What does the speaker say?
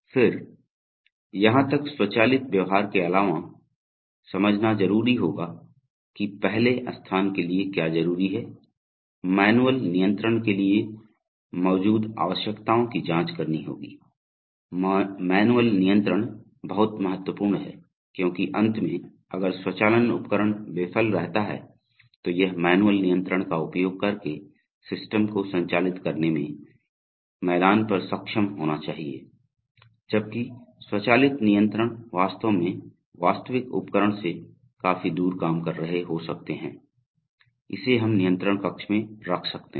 फिर यहां तक स्वचालित व्यवहार के अलावा समझना जरुरी होगा की पहले स्थान के लिए क्या जरुरी है मैनुअल नियंत्रण के लिए मौजूद आवश्यकताओं की जांच करनी होगी मैनुअल नियंत्रण बहुत महत्वपूर्ण है क्योंकि अंत में अगर स्वचालन उपकरण विफल रहता है तो यह मैनुअल नियंत्रण का उपयोग करके सिस्टम को संचालित करने में मैदान पर सक्षम होना चाहिए जबकि स्वचालित नियंत्रण वास्तव में वास्तविक उपकरण से काफी दूर काम कर रहे हो सकते हैं इसे हम नियंत्रण कक्ष में रख सकते हैं